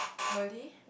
oh really